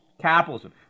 capitalism